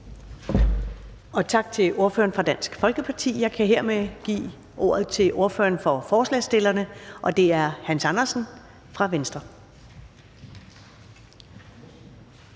Tak til ordføreren for Dansk Folkeparti. Jeg kan hermed give ordet til ordføreren for forslagsstillerne, og det er hr. Hans Andersen fra Venstre.